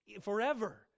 forever